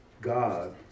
God